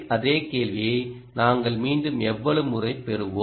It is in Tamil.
அதே கேள்வியை நாங்கள் மீண்டும் எவ்வளவு முறை பெறுவோம்